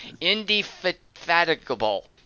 Indefatigable